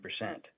percent